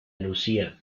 lucia